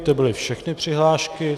To byly všechny přihlášky.